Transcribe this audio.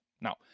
Now